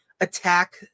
attack